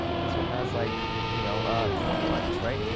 this one has like you know ah twenty likes, right?